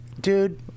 Dude